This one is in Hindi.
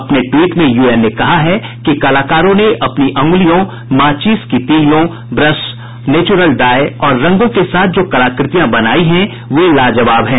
अपने ट्वीट में यूएन ने कहा है कि कलाकारों ने अपनी अंगुलियों माचिस की तीलियों ब्रश नेचुरल डाई और रंगों के साथ जो कलाकृतियां बनाई हैं वे लाजवाब हैं